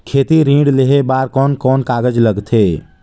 खेती ऋण लेहे बार कोन कोन कागज लगथे?